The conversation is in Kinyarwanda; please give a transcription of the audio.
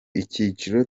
icyiciro